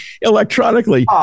electronically